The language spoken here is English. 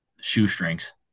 shoestrings